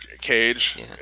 cage